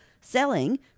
selling